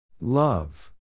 Love